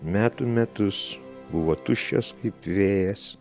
metų metus buvo tuščias kaip vėjas